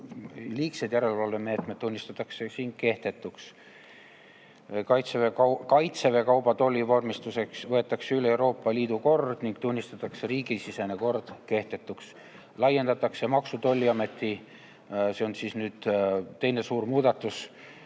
liigsed järelevalvemeetmed tunnistatakse kehtetuks. Kaitseväe kauba tollivormistuseks võetakse üle Euroopa Liidu kord ning tunnistatakse riigisisene kord kehtetuks. Laiendatakse Maksu- ja Tolliameti – see on nüüd teine suur muudatus